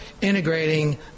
integrating